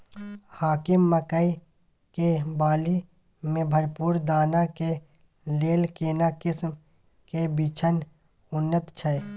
हाकीम मकई के बाली में भरपूर दाना के लेल केना किस्म के बिछन उन्नत छैय?